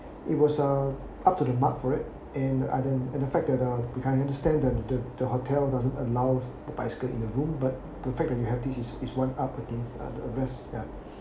it was uh up to the mark for it and and uh the fact at um we understand that the the hotel doesn't allow the bicycles in the room but perfect that you have this is is one up against the rest ya